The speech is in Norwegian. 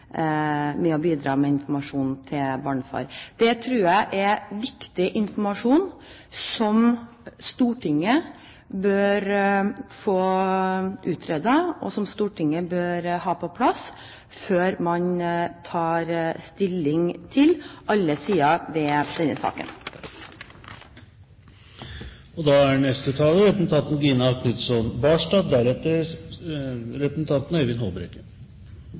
med en strafferettslig konsekvens ved bevisst å unnlate å overholde plikten til å bidra med informasjon om barnefaren. Det tror jeg er viktig informasjon som Stortinget bør få utredet, og som Stortinget bør ha på plass før man tar stilling til alle sider ved denne saken. Det er